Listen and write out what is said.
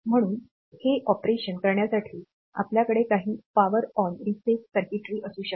म्हणून हे ऑपरेशन करण्यासाठी आपल्याकडे काही पॉवर ऑन रीसेट सर्किटरी असू शकतात